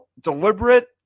deliberate